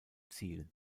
ziel